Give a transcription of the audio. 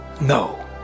no